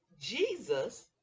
Jesus